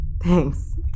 Thanks